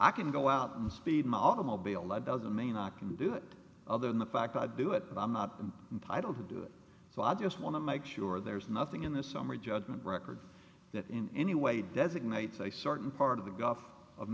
i can go out and speed my automobile that doesn't mean i can do it other than the fact i do it i'm not entitle to do so i just want to make sure there's nothing in the summary judgment record that in any way designates a certain part of the gulf of